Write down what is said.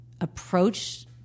approach